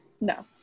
No